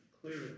clearly